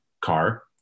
car